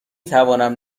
توانم